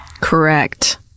Correct